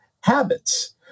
habits